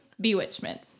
bewitchment